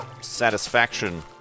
satisfaction